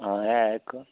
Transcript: हां है इक